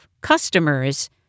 customers